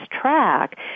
track